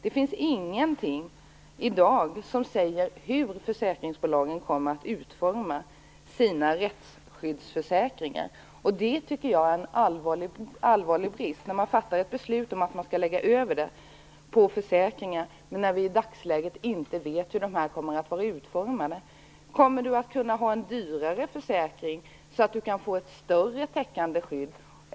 Det finns inte någonting som i dag säger hur försäkringsbolagen kommer att utforma sina rättsskyddsförsäkringar. Jag tycker att det är en allvarlig brist när beslut fattas om en överflyttning till försäkringar. I dagsläget vet man ju inte hur dessa kommer att vara utformade. Kommer man att kunna ha en dyrare försäkring så att man får ett större täckande skydd?